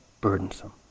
burdensome